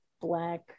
Black